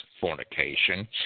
fornication